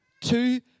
Two